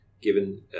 given